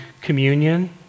communion